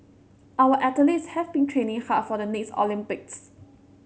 our athletes have been training hard for the next Olympics